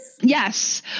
Yes